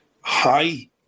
high